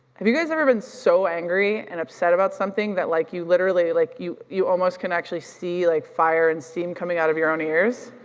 have you guys ever been so angry and upset about something that like, you literally like you you almost can actually see like fire and steam coming out of your own ears?